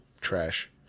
trash